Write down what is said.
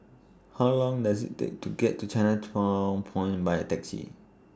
How Long Does IT Take to get to Chinatown Point By Taxi